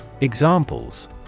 Examples